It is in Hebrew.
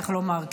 איך לומר,